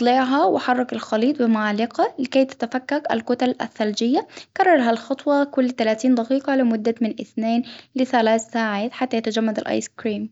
قلب الخليط بمعلقة لكي تتفكك الكتل الثلجية، كررها الخطوة كل تلاتين دقيقة لمدة من اثنين لثلاث ساعات حتى يتجمد الآيس كريم.